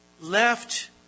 left